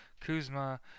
Kuzma